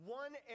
one